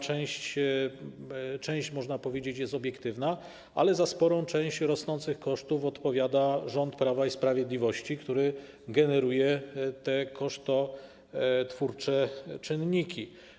Część, można powiedzieć, jest obiektywna, ale za sporą część rosnących kosztów odpowiada rząd Prawa i Sprawiedliwości, który generuje te kosztotwórcze czynniki.